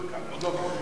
אדוני היושב-ראש,